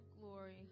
glory